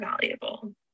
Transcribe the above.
valuable